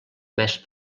més